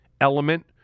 element